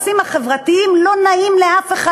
לא נעים לאף אחד,